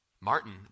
Martin